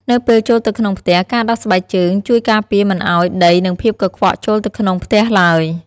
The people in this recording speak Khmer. នៅពេលចូលទៅក្នុងផ្ទះ ការដោះស្បែកជើងជួយការពារមិនឱ្យដីនិងភាពកខ្វក់ចូលទៅក្នុងផ្ទះឡើយ។